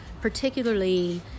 particularly